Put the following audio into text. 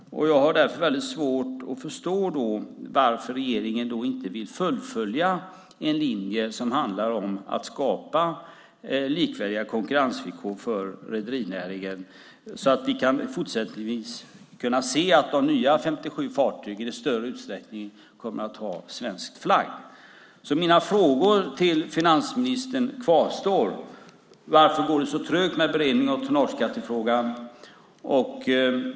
Jag har därför väldigt svårt att förstå varför regeringen inte vill fullfölja en linje som handlar om att skapa likvärdiga konkurrensvillkor för rederinäringen så att vi fortsättningsvis kan se att de 57 nya fartygen i större utsträckning kommer att ha svensk flagg. Mina frågor till finansministern kvarstår: Varför går det så trögt med beredningen av tonnageskattefrågan?